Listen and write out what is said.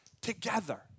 together